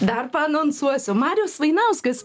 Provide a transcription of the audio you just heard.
dar paanonsuosiu marius vainauskas